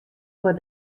foar